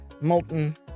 molten